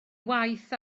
waith